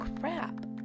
crap